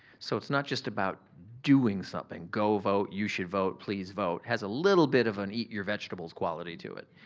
so, it's not just about doing something. go vote. you should vote. please vote. has a little bit of an eat your vegetables quality to it.